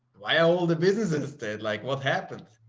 why all the businesses did like what happened.